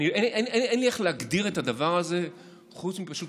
אין לי איך להגדיר את הדבר הזה חוץ מפשוט